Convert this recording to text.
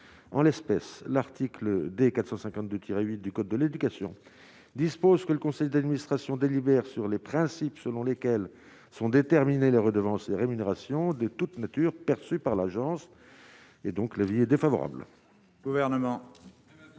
en l'espèce l'article D. 452 tiré 8 du code de l'éducation, dispose que le conseil d'administration délibère sur les principes selon lesquels sont déterminées les redevances des rémunérations de toutes natures, perçue par l'agence et donc l'avis est défavorable.